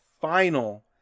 final